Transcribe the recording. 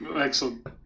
excellent